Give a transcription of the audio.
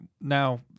now